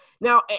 Now